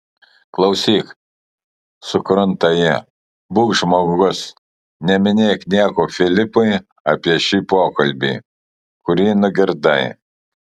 klausyk sukrunta ji būk žmogus neminėk nieko filipui apie šį pokalbį kurį nugirdai